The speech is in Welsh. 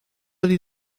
ydy